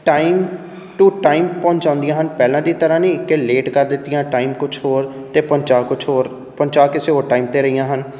time to time ਪਹੁੰਚਾਉਂਦੀਆਂ ਹਨ ਪਹਿਲਾਂ ਦੀ ਤਰ੍ਹਾਂ ਨਹੀਂ ਕਿ ਲੇਟ ਕਰ ਦਿੱਤੀਆਂ ਟਾਈਮ ਕੁਛ ਹੋਰ ਅਤੇ ਪਹੁੰਚਾ ਕੁਛ ਹੋਰ ਪਹੁੰਚਾ ਕਿਸੇ ਹੋਰ ਟਾਈਮ 'ਤੇ ਰਹੀਆਂ ਹਨ